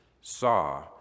saw